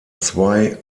zwei